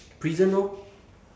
prison orh